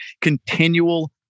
continual